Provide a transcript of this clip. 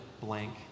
blank